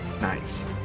Nice